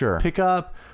pickup